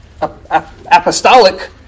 apostolic